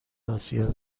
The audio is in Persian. آسیا